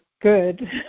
good